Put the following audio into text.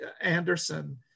Anderson